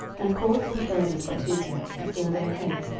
and called for the elders of israel, and for their heads,